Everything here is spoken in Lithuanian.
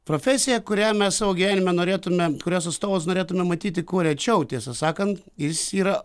profesija kurią mes savo gyvenime norėtumėm kurios atstovus norėtumėm matyti kuo rečiau tiesą sakant jis yra